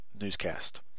newscast